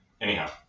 anyhow